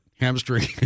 Hamstring